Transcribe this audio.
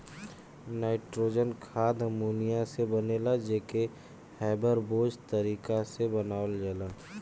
nitrogen खाद ammonia से बनेला जे के हैबर बोच तारिका से बनावल जाला